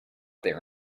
there